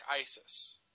Isis